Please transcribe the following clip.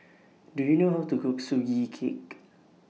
Do YOU know How to Cook Sugee Cake